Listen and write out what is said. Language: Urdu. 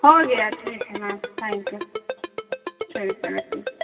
ہو گیا ٹھیک ہے میم تھینک یو ٹھیک ہے رکھیے